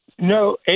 No